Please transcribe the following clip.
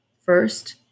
first